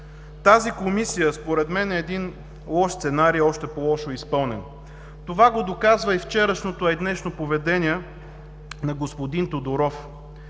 Тази комисия според мен е един лош сценарий, още по-лошо изпълнен. Това го доказва и вчерашното, а и днешно поведение на господин Тодоров.